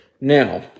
Now